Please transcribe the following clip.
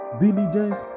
diligence